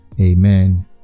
Amen